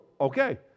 okay